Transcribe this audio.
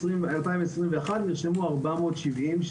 בשנת 2021 נרשמו 470,